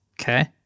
Okay